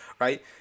right